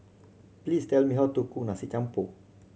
please tell me how to cook Nasi Campur